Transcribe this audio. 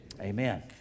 Amen